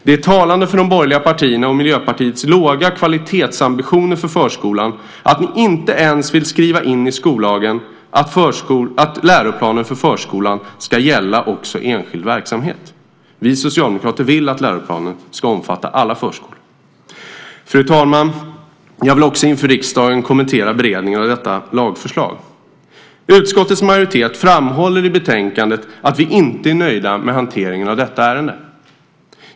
Det är talande för de borgerliga partiernas och Miljöpartiets låga kvalitetsambitioner för förskolan att de inte ens vill skriva in i skollagen att läroplanen för förskolan ska gälla också enskild verksamhet. Vi socialdemokrater vill att läroplanen ska omfatta alla förskolor. Fru talman! Jag vill också inför riksdagen kommentera beredningen av detta lagförslag. Vi i utskottets majoritet framhåller i betänkandet att vi inte är nöjda med hanteringen av detta ärende.